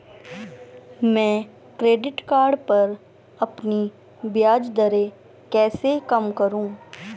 मैं credit card पर अपनी ब्याज दरें कैसे कम करूँ?